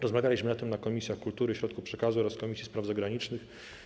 Rozmawialiśmy o tym w Komisji Kultury i Środków Przekazu oraz Komisji Spraw Zagranicznych.